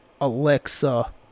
Alexa